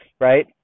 right